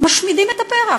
משמידים את הפרח.